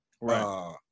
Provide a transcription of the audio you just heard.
Right